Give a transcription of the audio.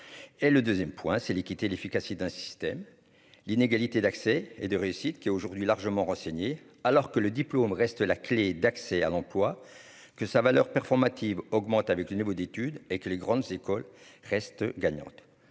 et le 2ème point c'est l'équité et l'efficacité d'un système l'inégalité d'accès et de réussite qui est aujourd'hui largement renseigné alors que le diplôme reste la clé d'accès à l'emploi que sa valeur performative augmente avec le niveau d'étude et que les grandes écoles restent gagnante